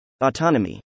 Autonomy